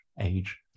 age